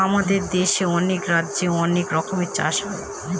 আমাদের দেশে অনেক রাজ্যে অনেক রকমের চাষ হয়